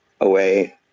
away